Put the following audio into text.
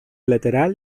lateral